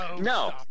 No